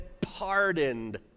pardoned